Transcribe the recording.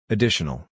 Additional